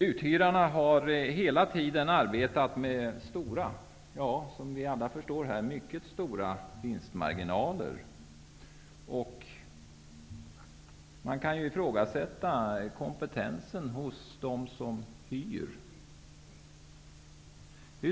Uthyrarna har hela tiden arbetat med, som vi alla förstår, mycket stora vinstmarginaler. Man kan ifrågasätta kompetensen hos dem som hyr.